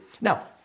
Now